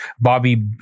Bobby